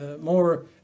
more